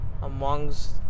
amongst